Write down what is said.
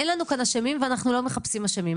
אין לנו כאן אשמים ואנחנו לא מחפשים אשמים.